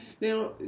Now